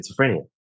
schizophrenia